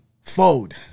Fold